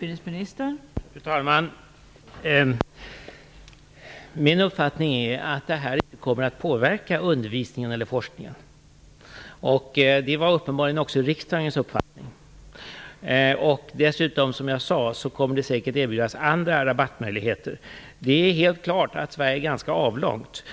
Fru talman! Min uppfattning är att detta inte kommer att påverka undervisningen eller forskningen. Det var uppenbarligen också riksdagens uppfattning. Dessutom kommer säkert, som jag sade, erbjudanden om andra rabattmöjligheter. Det är helt klart att Sverige är ganska avlångt.